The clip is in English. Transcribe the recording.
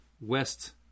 west